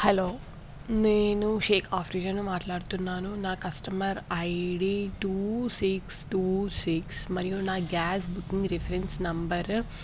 hello నేను షేక్ ఆఫీజాను మాట్లాడుతున్నాను నా customer ID two six two six మరియు నా గ్యాస్ బుకింగ్ రిఫరెన్స్ నెంబర్